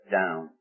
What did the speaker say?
down